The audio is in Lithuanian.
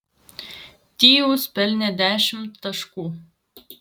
tyus pelnė dešimt taškų